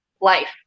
life